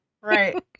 right